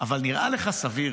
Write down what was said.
אבל נראה לך סביר